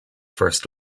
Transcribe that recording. first